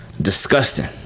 disgusting